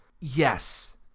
Yes